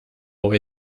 away